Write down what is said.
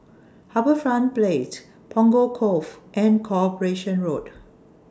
HarbourFront Punggol Cove and Corporation Road